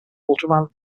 ultraviolet